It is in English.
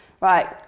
Right